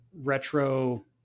retro